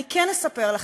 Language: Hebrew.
אני כן אספר לכם,